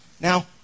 Now